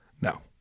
No